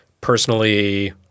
personally –